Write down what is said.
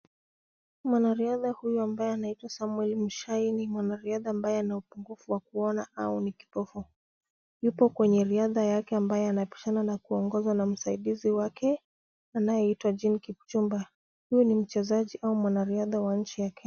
Mwanariadha huyu ambaye anaitwa Samuel Mushai ni mwanariadha ambaye ana upungufu wa kuona au ni kipofu. Yupo kwenye riadha yake ambayo anapishana na kuongozwa na msaidizi wake anayeitwa Jean Kipchumba. Huyu ni mchezaji au mwanariadha wa nchi ya Kenya.